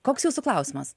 koks jūsų klausimas